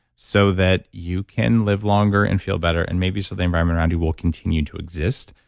so that you can live longer and feel better and maybe, so the environment around you will continue to exist,